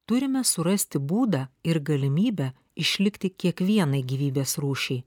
turime surasti būdą ir galimybę išlikti kiekvienai gyvybės rūšiai